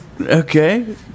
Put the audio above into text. Okay